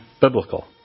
biblical